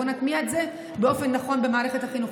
בואו נטמיע את זה באופן נכון במערכת החינוכית.